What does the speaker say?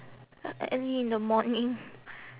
early in the morning